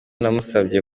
namusabye